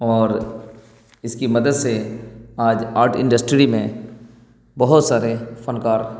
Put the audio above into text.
اور اس کی مدد سے آج آرٹ انڈسٹری میں بہت سارے فنکار